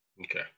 Okay